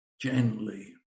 Gently